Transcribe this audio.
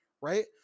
Right